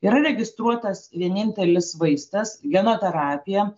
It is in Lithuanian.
yra registruotas vienintelis vaistas geno terapija